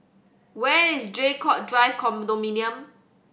where is Draycott Drive Condominium